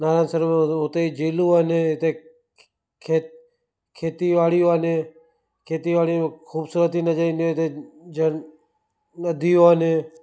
नारायण सरोवर में उते झीलूं आहिनि इते खे खेती बाड़ी वाले खेती बाड़ी ख़ूबसूरती नज़र ईंदियूं आहिनि इते जर नदियूं आहिनि